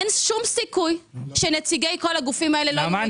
אין שום סיכוי שנציגי כל הגופים- -- נעמה,